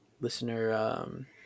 listener